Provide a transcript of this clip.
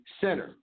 Center